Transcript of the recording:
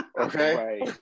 okay